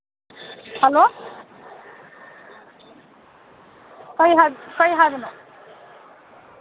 hello ꯀꯩ ꯀꯩ ꯍꯥꯏꯕꯅꯣ